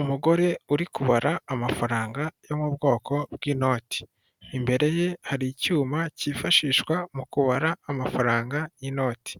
Umugore uri kubara amafaranga yo mu bwoko bw'inoti imbere ye hari icyuma cyifashishwa mu kubara amafaranga y'inoti